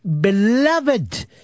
beloved